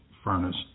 furnace